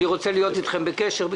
אני רוצה להיות איתכם בקשר.